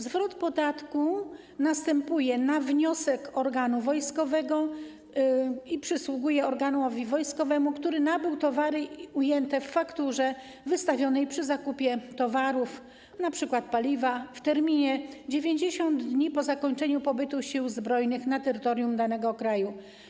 Zwrot podatku następuje na wniosek organu wojskowego i przysługuje organowi wojskowemu, który nabył towary ujęte w fakturze wystawionej przy zakupie towarów, np. paliwa, w terminie 90 dni po zakończeniu pobytu sił zbrojnych na terytorium danego kraju.